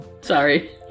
Sorry